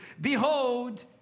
behold